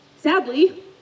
Sadly